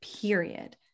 period